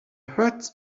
heard